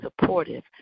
supportive